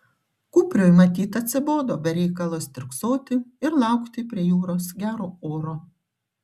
kupriui matyt atsibodo be reikalo stirksoti ir laukti prie jūros gero oro